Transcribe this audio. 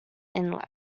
inlet